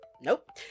Nope